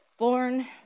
born